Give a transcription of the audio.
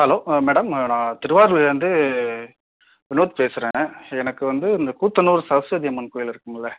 hello madam நான் திருவாரூர்லிருந்து வினோத் பேசுகிறேன் எனக்கு வந்து கூத்தனூர் சரஸ்வதி அம்மன் கோயில் இருக்குங்கில்ல